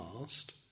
past